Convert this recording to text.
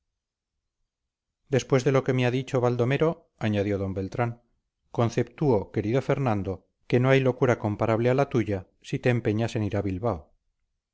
después de lo que me ha dicho baldomero añadió d beltrán conceptúo querido fernando que no hay locura comparable a la tuya si te empeñas en ir a bilbao